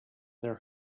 their